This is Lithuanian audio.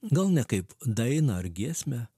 gal ne kaip dainą ar giesmę